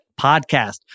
podcast